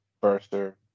burster